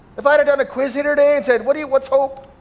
if i've gotta quiz you today and said, what do you, what's hope?